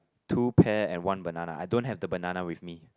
two pear and one banana I don't have the banana with me